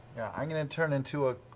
i'm going to and turn into a